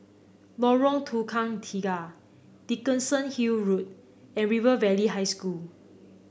Lorong Tukang Tiga Dickenson Hill Road and River Valley High School